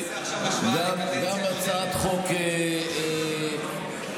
רוצה שנעשה עכשיו השוואה לקדנציה הקודמת?